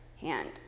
hand